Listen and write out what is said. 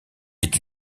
est